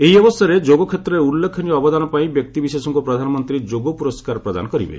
ଏହି ଅବସରରେ ଯୋଗ କ୍ଷେତ୍ରରେ ଉଲ୍ଲ୍ଖେନୀୟ ଅବଦାନ ପାଇଁ ବ୍ୟକ୍ତିବିଶେଷଙ୍କୁ ପ୍ରଧାନମନ୍ତ୍ରୀ ଯୋଗ ପ୍ରରସ୍କାର ପ୍ରଦାନ କରିବେ